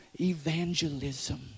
evangelism